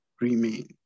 remain